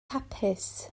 hapus